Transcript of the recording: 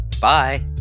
Bye